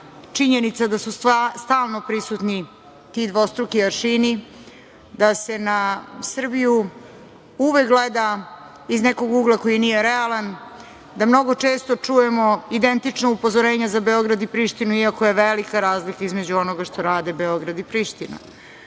činjenica da su stalno prisutni ti dvostruki aršini, da se na Srbiju uvek gleda iz nekog ugla koji nije realan, da mnogo često čujemo identično upozorenje za Beograd i Prištinu, iako je velika razlika između onoga što rade Beograd i Priština. Naspram